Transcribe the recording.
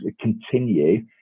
continue